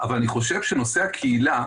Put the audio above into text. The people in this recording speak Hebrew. אבל אני חושב שנושא הקהילה,